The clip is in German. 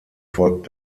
folgt